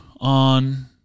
on